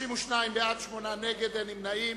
32 בעד, שמונה נגד, אין נמנעים.